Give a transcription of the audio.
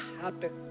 happen